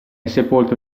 sepolto